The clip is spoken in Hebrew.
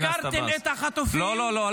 הפקרתם את החטופים -- לא, לא, לא.